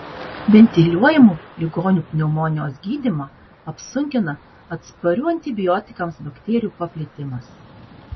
ventiliuojamų ligonių pneumonijos gydymą apsunkina atsparių antibiotikams bakterijų paplitimas